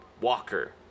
Walker